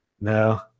No